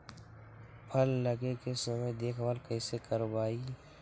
फल लगे के समय देखभाल कैसे करवाई?